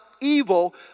evil